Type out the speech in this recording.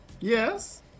yes